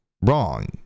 wrong